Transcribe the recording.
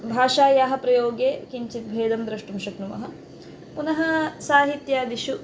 भाषायाः प्रयोगे किञ्चित् भेदं द्रष्टुं शक्नुमः पुनः साहित्यादिषु